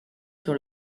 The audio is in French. sur